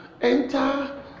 enter